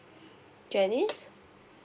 janice